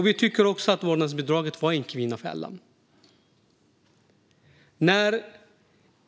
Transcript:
Vi tycker också att vårdnadsbidraget var en kvinnofälla.